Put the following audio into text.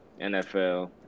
NFL